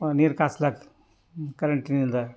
ನೀರು ಕಾಸ್ಲಕ್ಕ ಕರೆಂಟಿನಿಂದ